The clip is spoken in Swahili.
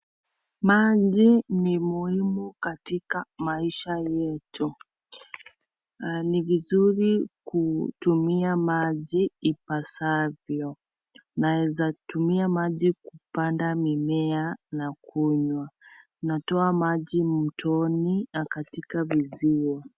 Maji ni muhimu katika maisha yetu, ni vizuri kutumia maji ipasavyo, naweza tumia maji kupanda mimea na kunywa, natoa maji mtoni na katika visiwa.